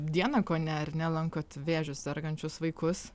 dieną kone ar ne lankot vėžiu sergančius vaikus